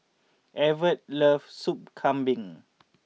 Evert loves Sup Kambing